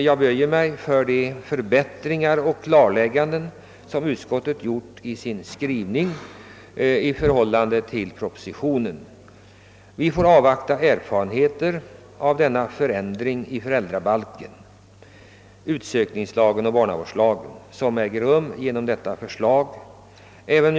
Jag böjer mig för de förbättringar och klarlägganden som utskottet gjort i sin skrivning i förhållande till propositionen. Vi får avvakta erfarenheter av den förändring i föräldrabalken, utsökningslagen och barnavårdslagen som detta förslag innebär.